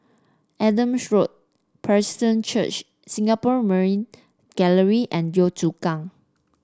Adam Road Presbyterian Church Singapore Maritime Gallery and Yio Chu Kang